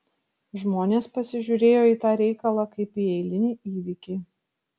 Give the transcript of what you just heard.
žmonės pasižiūrėjo į tą reikalą kaip į eilinį įvykį